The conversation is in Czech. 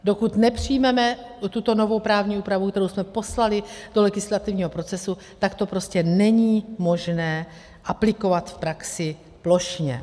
Dokud nepřijmeme tuto novou právní úpravu, kterou jsme poslali do legislativního procesu, tak to prostě není možné aplikovat v praxi plošně.